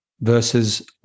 versus